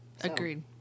Agreed